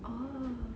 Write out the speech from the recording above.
oh